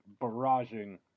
barraging